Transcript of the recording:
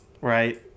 right